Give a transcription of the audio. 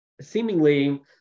seemingly